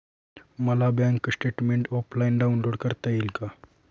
मला bank statement offline download करता येईल का?